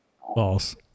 False